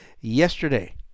yesterday